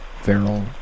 feral